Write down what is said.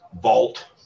vault